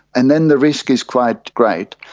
and then the risk is quite great.